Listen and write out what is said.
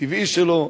הטבעי שלו,